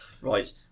Right